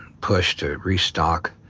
push to restock